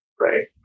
Right